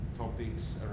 topics